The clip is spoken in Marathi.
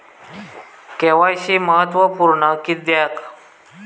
के.वाय.सी महत्त्वपुर्ण किद्याक?